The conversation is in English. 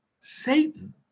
Satan